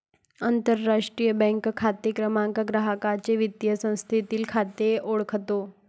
आंतरराष्ट्रीय बँक खाते क्रमांक ग्राहकाचे वित्तीय संस्थेतील खाते ओळखतो